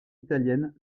italienne